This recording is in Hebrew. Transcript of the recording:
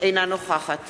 אינה נוכחת